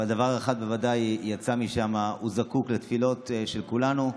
אבל דבר אחד בוודאי יצא משם: הוא זקוק לתפילות של כולנו.